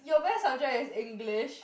your best subject is English